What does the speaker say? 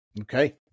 Okay